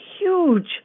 huge